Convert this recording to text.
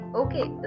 okay